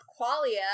Qualia